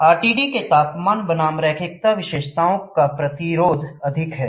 RTD के तापमान बनाम रैखिकता विशेषताओं का प्रतिरोध अधिक है